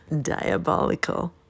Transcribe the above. Diabolical